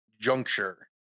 juncture